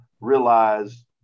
realize